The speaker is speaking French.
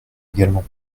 également